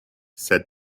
set